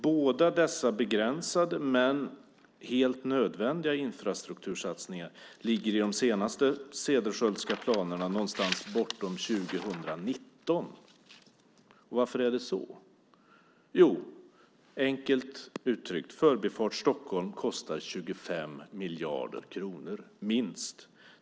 Båda dessa begränsade men helt nödvändiga infrastruktursatsningar ligger i de senaste Cederschiöldska planerna någonstans bortom 2019. Varför är det så? Jo, enkelt uttryckt: Förbifart Stockholm kostar minst 25 miljarder kronor.